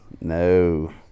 No